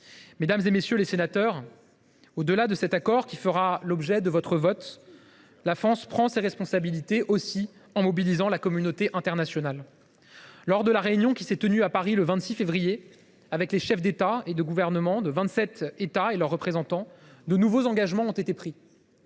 Mesdames, messieurs les sénateurs, au delà de cet accord, qui fera l’objet de votre vote, la France prend ses responsabilités en mobilisant la communauté internationale. Lors de la réunion qui s’est tenue à Paris le 26 février dernier, avec les chefs d’État et de gouvernement des vingt sept États et de leurs représentants, de nouveaux engagements ont été pris.